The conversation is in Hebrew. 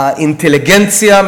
אינטליגנציה,